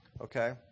okay